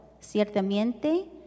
ciertamente